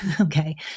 okay